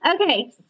Okay